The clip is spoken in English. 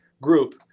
group